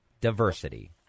diversity